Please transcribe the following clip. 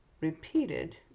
repeated